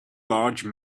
large